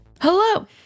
Hello